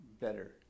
better